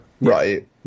right